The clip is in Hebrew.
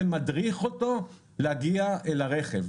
ומדריך אותו להגיע אל הרכב.